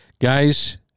Guys